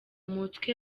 mutwe